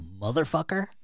motherfucker—